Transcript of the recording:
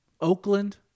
Oakland